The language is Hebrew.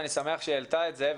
ואני שמח שהיא העלתה את זה.